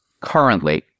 currently